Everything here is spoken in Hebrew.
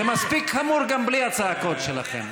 זה מספיק חמור גם בלי הצעקות שלכם.